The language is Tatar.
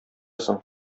соң